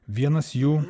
vienas jų